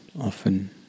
often